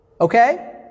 Okay